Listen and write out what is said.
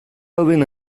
albin